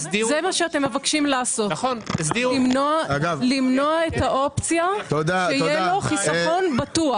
זה מה שאתם מבקשים לעשות; למנוע את האופציה שיהיה לו חיסכון בטוח.